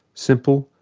simple,